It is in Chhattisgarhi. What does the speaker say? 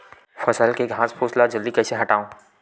फसल के घासफुस ल जल्दी कइसे हटाव?